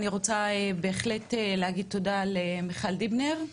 אני רוצה בהחלט להגיד תודה למיכל דיבנר,